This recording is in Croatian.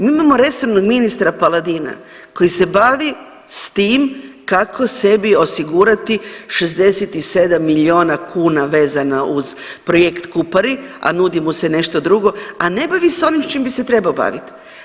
Mi imamo resornog ministra Paladina koji se bavi s tim kako sebi osigurati 67 milijuna kuna vezana uz projekt Kupari, a nudi mu se nešto drugo, a ne bavi se onim s čim bi se trebao baviti.